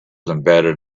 embedded